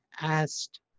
asked